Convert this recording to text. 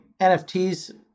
NFTs